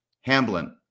Hamblin